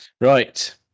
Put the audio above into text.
Right